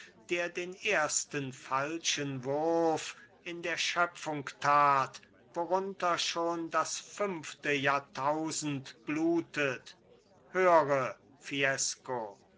der den ersten falschen wurf in der schöpfung tat worunter schon das fünfte jahrtausend blutet höre fiesco